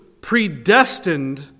predestined